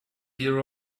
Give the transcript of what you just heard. hear